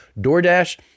DoorDash